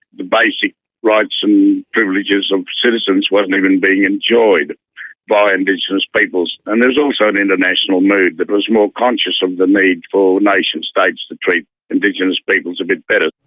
the basic rights and privileges of citizens wasn't even being enjoyed by indigenous peoples, and there was also an international mood that was more conscious of the need for nation-states to treat indigenous peoples a bit better.